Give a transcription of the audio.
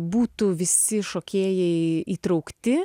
būtų visi šokėjai įtraukti